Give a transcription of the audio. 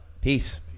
Peace